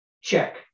Check